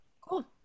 Cool